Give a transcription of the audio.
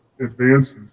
advances